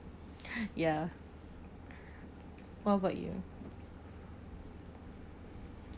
ya what about you